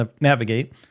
navigate